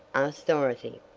asked dorothy.